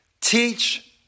Teach